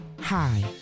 Hi